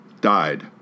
died